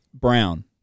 Brown